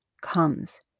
comes